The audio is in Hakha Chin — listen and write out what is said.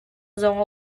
zong